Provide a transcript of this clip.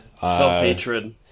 Self-hatred